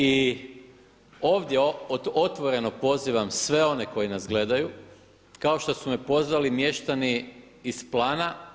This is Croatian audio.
I ovdje otvoreno pozivam sve one koji nas gledaju kao što su me pozvali mještani iz Plana.